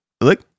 Look